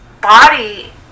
body